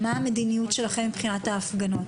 מה המדיניות שלכם מבחינת ההפגנות?